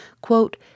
quote